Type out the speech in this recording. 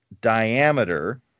diameter